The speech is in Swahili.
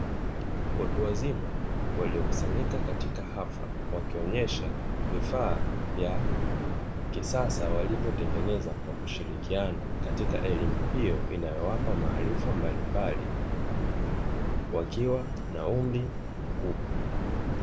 Watu wazima waliokusanyika katika hafla, wakionyesha vifaa vya kisasa walivyotengeneza kwa kushirikiana katika elimu hiyo inayowapa maarifa mbalimbali, wakiwa na umri mkubwa.